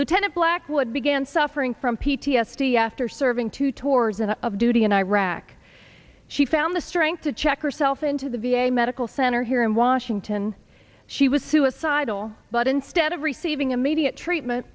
lieutenant blackwood began suffering from p t s d after serving two tours and of duty in iraq she found the strength to check herself into the v a medical center here in washington she was suicidal but instead of receiving immediate treatment